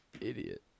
Idiot